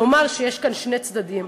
לומר שיש כאן שני צדדים,